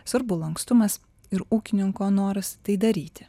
svarbu lankstumas ir ūkininko noras tai daryti